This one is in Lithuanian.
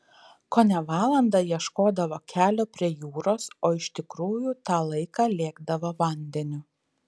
kone valandą ieškodavo kelio prie jūros o iš tikrųjų tą laiką lėkdavo vandeniu